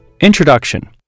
Introduction